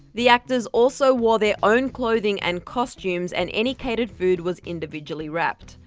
the actors also wore their own clothing and costumes, and any catered food was individually wrapped.